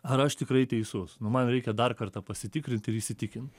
ar aš tikrai teisus nu man reikia dar kartą pasitikrint ir įsitikint